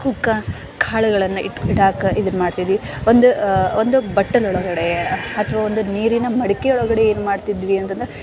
ಅವಕ್ಕೆ ಕಾಳುಗಳನ್ನು ಇಡೋಕೆ ಇದ್ನ ಮಾಡ್ತಿದ್ವಿ ಒಂದು ಒಂದು ಬಟ್ಟಲ ಒಳಗಡೆ ಅಥ್ವಾ ಒಂದು ನೀರಿನ ಮಡಿಕೆ ಒಳಗಡೆ ಏನು ಮಾಡ್ತಿದ್ವಿ ಅಂತಂದ್ರೆ